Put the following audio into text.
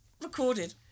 Recorded